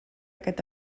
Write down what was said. aquest